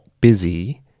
busy